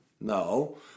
no